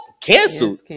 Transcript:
Cancelled